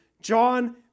John